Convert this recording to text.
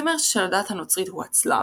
הסמל של הדת הנוצרית הוא הצלב,